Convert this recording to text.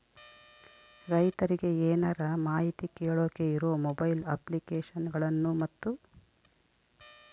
ರೈತರಿಗೆ ಏನರ ಮಾಹಿತಿ ಕೇಳೋಕೆ ಇರೋ ಮೊಬೈಲ್ ಅಪ್ಲಿಕೇಶನ್ ಗಳನ್ನು ಮತ್ತು?